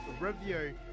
review